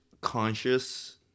conscious